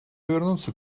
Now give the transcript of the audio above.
вернуться